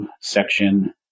Section